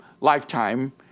lifetime